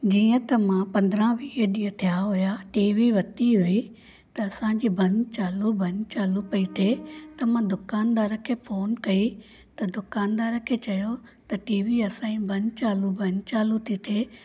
जीअं त मां पंद्राहं वीह ॾींहं थिआ हुया टीवी वरिती हुई त असांजी बंदि चालू बंदि चालू पई थिए त मां दुकानदार खे फ़ोन कई त दुकानदार खे चयो टीवी असांजी बंदि चालू बंदि चालू थी थिए